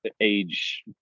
age